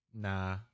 Nah